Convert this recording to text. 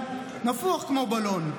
איתמר שלנו, נפוח כמו בלון,